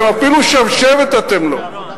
אפילו שבשבת אתם לא.